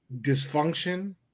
dysfunction